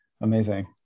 Amazing